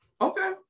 okay